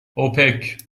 اوپک